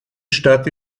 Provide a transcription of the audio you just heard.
stadt